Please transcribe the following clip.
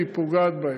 היא פוגעת בהם.